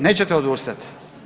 Nećete odustati?